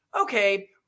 Okay